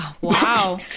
Wow